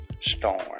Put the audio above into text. storm